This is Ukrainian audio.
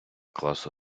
класу